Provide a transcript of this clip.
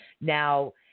Now